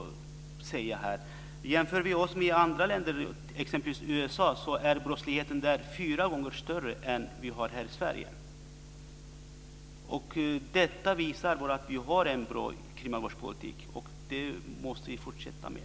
Om vi jämför oss med andra länder, t.ex. USA, är brottsligheten där fyra gånger större än här i Sverige. Detta visar att vi har en bra kriminalvårdspolitik. Det måste vi fortsätta med.